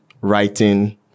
writing